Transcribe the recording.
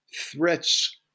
threats